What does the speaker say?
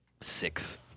six